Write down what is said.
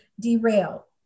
derail